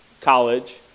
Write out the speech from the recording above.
college